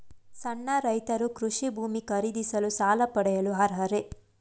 ಸಣ್ಣ ರೈತರು ಕೃಷಿ ಭೂಮಿ ಖರೀದಿಸಲು ಸಾಲ ಪಡೆಯಲು ಅರ್ಹರೇ?